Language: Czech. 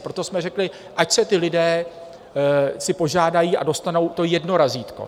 Proto jsme řekli, ať si ti lidé požádají, a dostanou to jedno razítko.